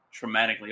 traumatically